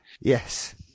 yes